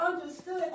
understood